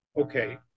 okay